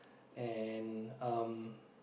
and